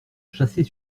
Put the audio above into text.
chasser